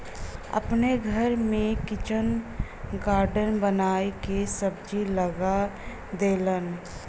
अपने घर में किचन गार्डन बनाई के सब्जी लगा देलन